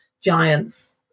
giants